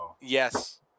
Yes